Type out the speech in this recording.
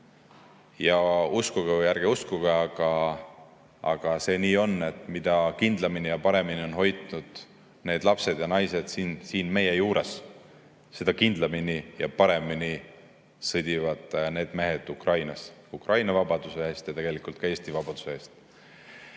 Ja uskuge või ärge uskuge, aga nii see on, et mida kindlamini ja paremini on hoitud need lapsed ja naised siin meie juures, seda kindlamini ja paremini sõdivad need mehed Ukrainas Ukraina vabaduse eest ja tegelikult ka Eesti vabaduse eest.